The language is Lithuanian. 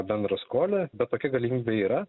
bendraskole bet tokia galimybė yra